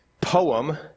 poem